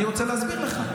אני בנורבגי, לא יכול להיות.